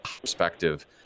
Perspective